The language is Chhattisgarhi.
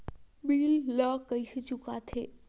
बिल ला कइसे चुका थे